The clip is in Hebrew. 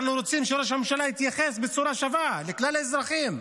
אנחנו רוצים שראש הממשלה יתייחס בצורה שווה לכלל האזרחים.